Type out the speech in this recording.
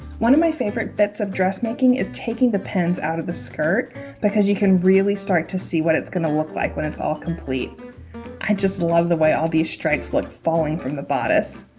one of my favorite bits of dress making is taking the pens out of the skirt because you can really start to see what it's going to look like when it's all complete i just love the way all these stripes look falling from the bodice